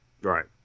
Right